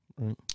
Right